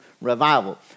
revival